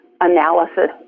analysis